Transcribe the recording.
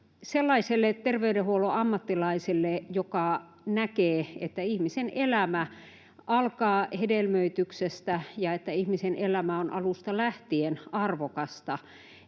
Sellaiselle terveydenhuollon ammattilaiselle, joka näkee, että ihmisen elämä alkaa hedelmöityksestä ja ihmisen elämä on alusta lähtien arvokasta,